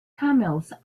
camels